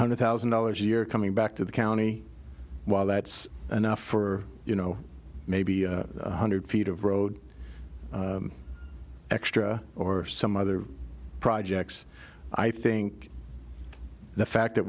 hundred thousand dollars a year coming back to the county while that's enough for you know maybe a hundred feet of road extra or some other projects i think the fact that